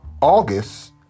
August